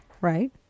right